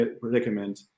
predicament